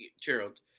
Gerald